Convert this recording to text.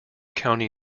county